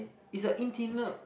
it's like intimate